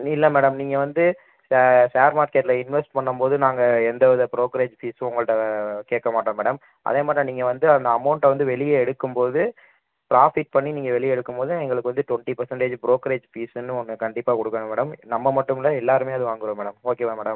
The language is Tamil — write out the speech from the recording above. இல்லை மேடம் நீங்கள் வந்து ச ஷேர் மார்க்கெட்டில் இன்வெஸ்ட் பண்ணும்போது நாங்கள் எந்த வித ப்ரோக்கரேஜ் ஃபீஸ்ஸும் உங்கள்கிட்ட கேட்க மாட்டோம் மேடம் அதேமாதிரி தான் நீங்கள் வந்து அந்த அமௌண்ட்டை வந்து வெளியே எடுக்கும் போது ப்ராஃபிட் பண்ணி நீங்கள் வெளியே எடுக்கும் போது எங்களுக்கு வந்து டொண்ட்டி பர்சன்டேஜ் ப்ரோக்கரேஜ் ஃபீஸ்ஸுனு ஒன்று கண்டிப்பாக கொடுக்கணும் மேடம் நம்ம மட்டும் இல்லை எல்லோருமே அது வாங்குகிறோம் மேடம் ஓகேவா மேடம்